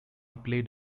played